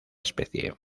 especie